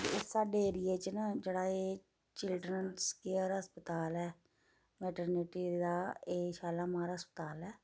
साढ़े ऐरिये च न जेह्ड़ा एह् चिल्डर्नस केयर अस्पताल ऐ मैटरनिटी दा एह् शालामार अस्पताल ऐ